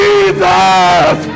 Jesus